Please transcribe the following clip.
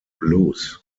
blues